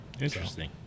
Interesting